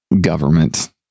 government